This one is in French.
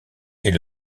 est